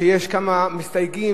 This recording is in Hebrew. שיש כמה מסתייגים,